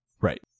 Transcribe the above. Right